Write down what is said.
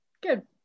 good